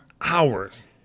hours